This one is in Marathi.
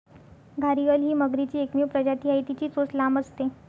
घारीअल ही मगरीची एकमेव प्रजाती आहे, तिची चोच लांब असते